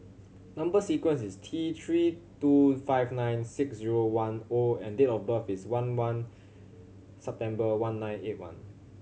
number sequence is T Three two five nine six zero one O and date of birth is one one September one nine eight one